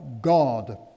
God